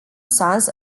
sons